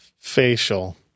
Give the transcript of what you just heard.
Facial